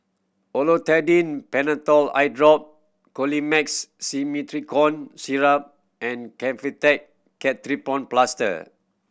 Olopatadine Patanol Eyedrop Colimix Simethicone Syrup and Kefentech Ketoprofen Plaster